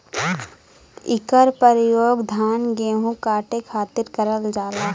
इकर परयोग धान गेहू काटे खातिर करल जाला